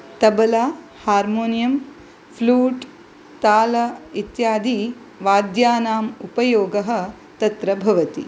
तबला हार्मोनियं फ्लूट् तालम् इत्यादि वाद्यानां उपयोगः तत्र भवति